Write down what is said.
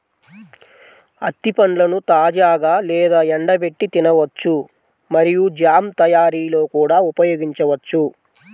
అత్తి పండ్లను తాజాగా లేదా ఎండబెట్టి తినవచ్చు మరియు జామ్ తయారీలో కూడా ఉపయోగించవచ్చు